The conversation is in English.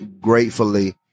gratefully